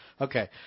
Okay